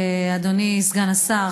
אדוני סגן השר,